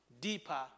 deeper